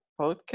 podcast